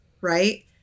Right